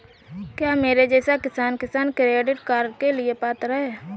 क्या मेरे जैसा किसान किसान क्रेडिट कार्ड के लिए पात्र है?